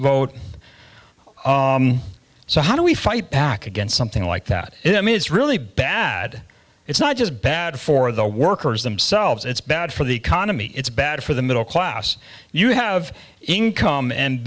vote so how do we fight back against something like that it is really bad it's not just bad for the workers themselves it's bad for the economy it's bad for the middle class you have income and